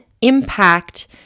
impact